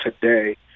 today